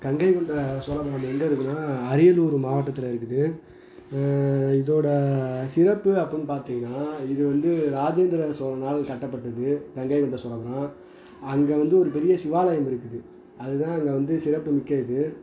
கங்கை கொண்ட சோழபுரம் அது எங்கே இருக்குனால் அரியலூர் மாவட்டத்தில் இருக்குது இதோடய் சிறப்பு அப்படின்னு பார்த்தீங்கனா இது வந்து ராஜேந்திரன் சோழன்னால் கட்டப்பட்டது கங்கை கொண்ட சோழபுரம் அங்கே வந்து ஒரு பெரிய சிவாலயம் இருக்குது அதுதான் அங்கே வந்து சிறப்பு மிக்க இது